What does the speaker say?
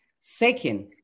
Second